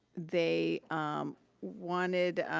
they wanted,